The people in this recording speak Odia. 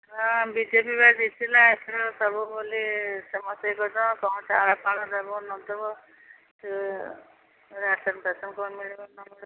ହଁ ବି ଜେ ପି ପା ଜିତିଲା ଏଥର ସବୁ ବୋଲି ସମସ୍ତେ ଇଏ କରୁନ୍ କ'ଣ ଚାଉଳ ଫାଉଳ ଦେବ ନଦେବ ରାସନ୍ ଫାସନ୍ କ'ଣ ମିଳିବ ନମିଳିବ